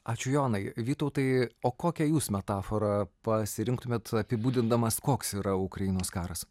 ačiū jonai vytautai o kokią jūs metaforą pasirinktumėt apibūdindamas koks yra ukrainos karas